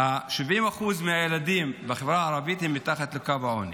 70% מהילדים בחברה הערבית הם מתחת לקו העוני,